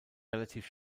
relativ